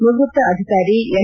ನಿವೃತ್ತ ಅಧಿಕಾರಿ ಎಂ